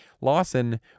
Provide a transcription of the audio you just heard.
Lawson